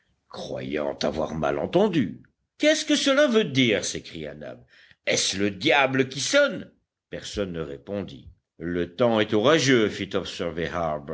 croyant avoir mal entendu qu'est-ce que cela veut dire s'écria nab est-ce le diable qui sonne personne ne répondit le temps est orageux fit